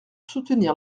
soutenir